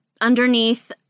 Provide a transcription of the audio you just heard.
underneath